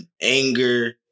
anger